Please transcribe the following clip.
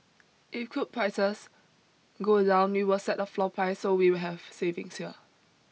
if crude prices go down we will set a floor price so we will have savings here